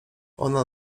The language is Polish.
ona